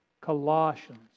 Colossians